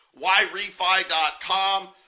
YREFI.com